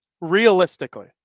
Realistically